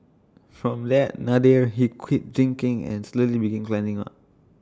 from let Nadir he quit drinking and slowly began climbing up